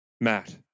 Matt